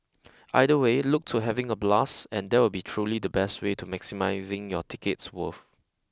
either way look to having a blast and that will truly be the best way to maximising your ticket's worth